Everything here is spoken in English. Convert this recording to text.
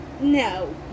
no